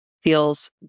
feels